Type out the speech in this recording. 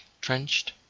trenched